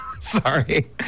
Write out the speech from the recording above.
sorry